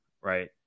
right